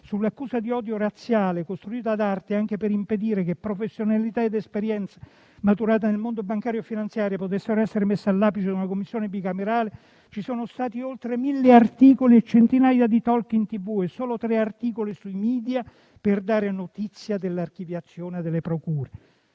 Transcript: sull'accusa di odio razziale, costruita ad arte anche per impedire che professionalità ed esperienza maturata nel mondo bancario e finanziario potessero essere messe all'apice di una Commissione bicamerale, ci sono stati oltre 1.000 articoli e centinaia di *talk* in TV e solo tre articoli sui media per dare notizia dell'archiviazione delle procure.